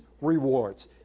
rewards